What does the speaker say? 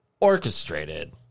orchestrated